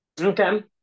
Okay